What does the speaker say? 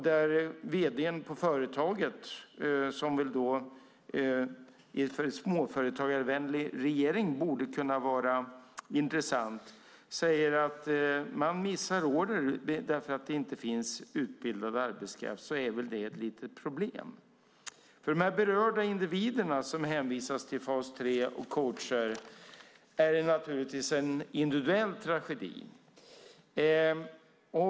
När vd:n på företaget, som för en småföretagarvänlig regering borde kunna vara intressant, säger att man missar order därför att det inte finns utbildad arbetskraft är väl det ett litet problem? För de berörda individer som hänvisas till fas 3 och coacher är det naturligtvis en individuell tragedi.